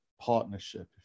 partnership